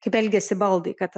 kaip elgiasi baldai kad